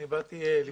אני באתי לשמוע,